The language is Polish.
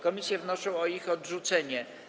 Komisje wnoszą o ich odrzucenie.